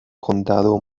condado